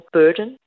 burden